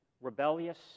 rebellious